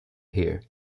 here